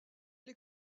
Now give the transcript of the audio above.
les